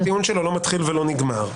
כי הטיעון שלו לא מתחיל ולא נגמר,